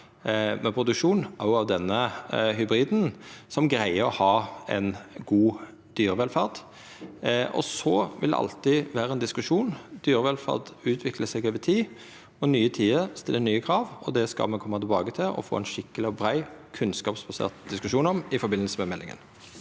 med produksjon av denne hybriden òg, og som greier å ha ei god dyrevelferd. Det vil alltid vera ein diskusjon, for dyrevelferd utviklar seg over tid, og nye tider stiller nye krav. Det skal me koma tilbake til og ha ein skikkeleg, brei og kunnskapsbasert diskusjon om i forbindelse med meldinga.